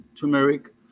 turmeric